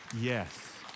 Yes